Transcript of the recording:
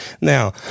Now